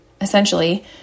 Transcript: essentially